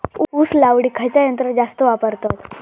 ऊस लावडीक खयचा यंत्र जास्त वापरतत?